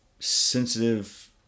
sensitive